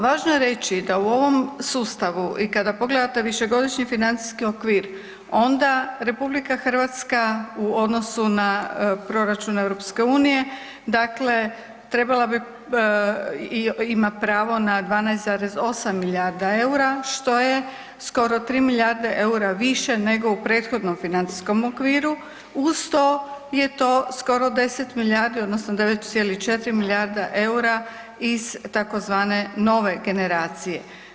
Važno je reći da u ovom sustavu i kada pogledate višegodišnji financijski okvir onda RH u odnosu na proračun EU trebala ima pravo na 12,8 milijardi eura što je skoro 3 milijarde više nego u prethodnom financijskom okviru, uz to je to skoro 10 milijardi odnosno 9,4 milijarda eura iz tzv. Nove generacije.